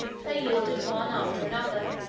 they yielded one after another,